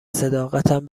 صداقتم